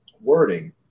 wording